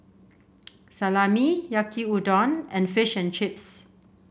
Salami Yaki Udon and Fish and Chips